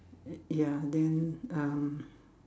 ya then um